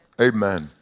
Amen